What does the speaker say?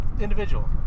individual